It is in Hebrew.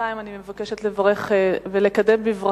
בינתיים אני מבקשת לקדם בברכה